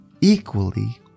equally